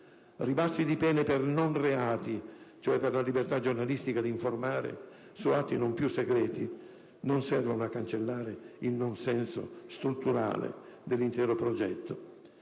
Ribassi di pene per non reati, cioè per la libertà giornalistica di informare su atti non più segreti, non servono a cancellare il nonsenso strutturale dell'intero progetto,